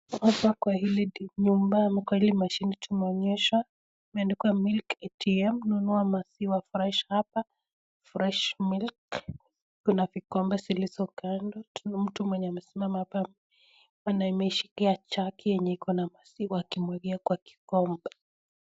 Hapa kwenye hili nyumba, ama kwenye hili mashine tumeonyeshwa, imeandikwa milk ATM, nunua maziwa fresh hapa. Fresh milk. Kuna vikombe zilizo kando. Mtu mwenye amesimama hapa ana imeshika jagi yenye iko na maziwa akimwagia kwa kikombe.